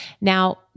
Now